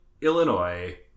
Illinois